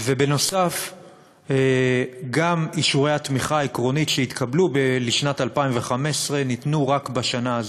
ובנוסף גם אישורי התמיכה העקרונית שהתקבלו לשנת 2015 ניתנו רק בשנה הזו,